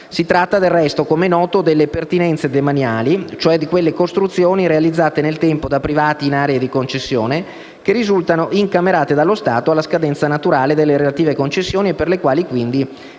Si tratta del resto, come è noto, delle pertinenze demaniali, cioè di quelle costruzioni realizzate nel tempo da privati in aree di concessione, che risultano incamerate dallo Stato alla scadenza naturale delle relative concessioni, per le quali quindi